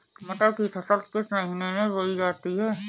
मटर की फसल किस महीने में बोई जाती है?